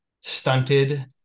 stunted